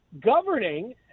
governing